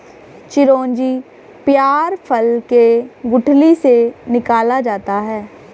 चिरौंजी पयार फल के गुठली से निकाला जाता है